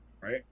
right